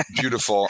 beautiful